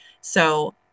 So-